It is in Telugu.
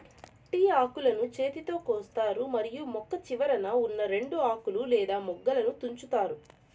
టీ ఆకులను చేతితో కోస్తారు మరియు మొక్క చివరన ఉన్నా రెండు ఆకులు లేదా మొగ్గలను తుంచుతారు